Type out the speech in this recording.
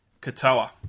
Katoa